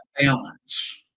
balance